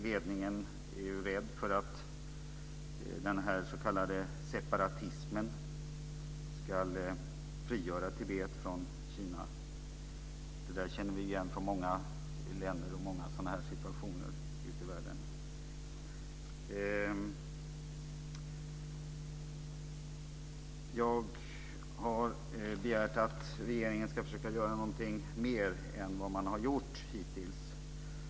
Ledningen är rädd för att den s.k. separatismen ska frigöra Tibet från Kina. Det känner vi igen från många länder och situationer i världen. Jag har begärt att regeringen ska försöka göra någonting mer än vad som har gjorts hittills.